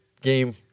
game